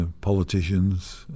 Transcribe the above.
politicians